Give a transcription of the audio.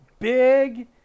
big